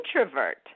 introvert